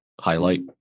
highlight